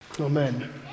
Amen